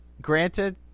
granted